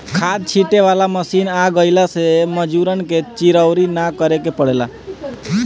खाद छींटे वाला मशीन आ गइला से मजूरन के चिरौरी ना करे के पड़ेला